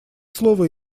слово